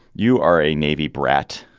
you are a navy brat.